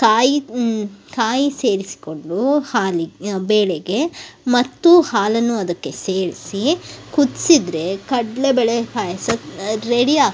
ಕಾಯಿ ಕಾಯಿ ಸೆರಿಸಿಕೊಂಡು ಹಾಲಿಗೆ ಬೇಳೆಗೆ ಮತ್ತು ಹಾಲನ್ನು ಅದಕ್ಕೆ ಸೇರಿಸಿ ಕುದಿಸಿದ್ರೆ ಕಡ್ಲೆಬೇಳೆ ಪಾಯಸ ರೆಡಿ ಆಗ್ತದೆ